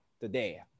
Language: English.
today